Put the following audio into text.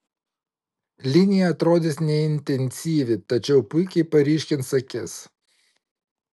linija atrodys neintensyvi tačiau puikiai paryškins akis